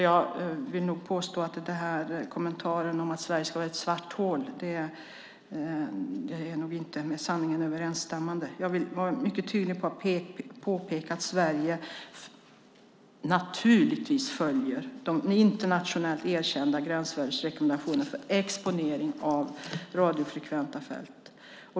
Jag vill nog påstå att kommentaren om att Sverige ska vara ett svart hål inte är med sanningen överensstämmande. Jag vill vara mycket tydlig och påpeka att Sverige naturligtvis följer de internationellt erkända gränsvärdesrekommendationerna för exponering av radiofrekventa fält.